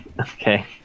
Okay